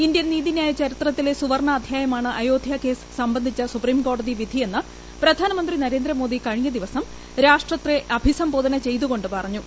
Indian നീതിന്യായ ചരിത്രത്തിലെ സുവർണ അധ്യായമാണ് അയോന് കേസ് സംബന്ധിച്ച സുപ്രീംകോടതിവിധിയെന്ന് പ്രധാനമന്ത്രി നരേന്ദ്രമോദി കഴിഞ്ഞ ദിവസം രാഷ്ട്രത്തെ അഭിസംബോധന ചെയ്തുകൊ ് പറഞ്ഞു